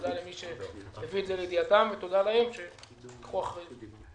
למי שהביא לידיעתם ותודה להם שלקחו אחריות.